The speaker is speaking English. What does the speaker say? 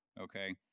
okay